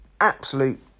Absolute